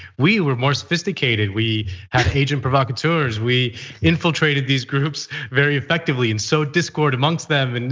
we were more sophisticated. we had agent provocateurs. we infiltrated these groups very effectively in sow discord amongst them. and